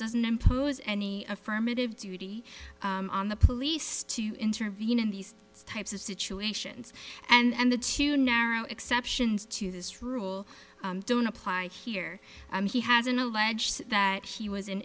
doesn't impose any affirmative duty on the police to intervene in these types of situations and the two narrow exceptions to this rule don't apply here he has an alleged that he was